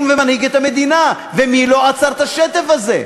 ומנהיג את המדינה ומי לא עצר את השטף הזה.